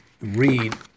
read